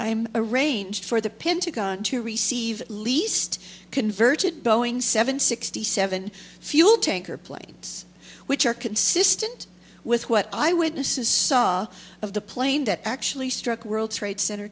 i'm arranged for the pentagon to receive least converted boeing seven sixty seven fuel tanker planes which are consistent with what eyewitnesses saw of the plane that actually struck world trade center